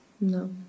No